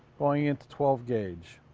going into twelve gauge.